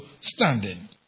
standing